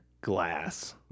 Glass